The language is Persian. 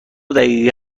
دقیقه